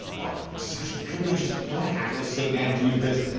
alright, seriously, couldn't i just do i have to sit down to use this?